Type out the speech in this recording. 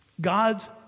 God's